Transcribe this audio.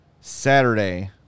saturday